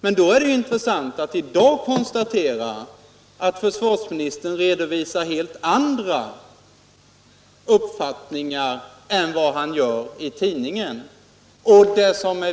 Men då är det också intressant att konstatera att försvarsministern redovisar helt andra uppfattningar i dag än vad han gör enligt tidningen.